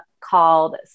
called